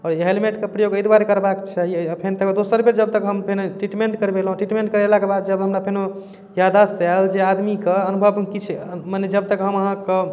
आओर ई हेलमेटके प्रयोग एहि दुआरे करबाके चाही फेन तकर बाद दोसर बेर जबतक हम फेन ट्रीटमेन्ट करबेलहुँ ट्रीटमेन्ट करेलाके बाद जब हमरा फेनो याददाश्त आएल जे आदमीके अनुभवमे किछु मने जब तक हम अहाँके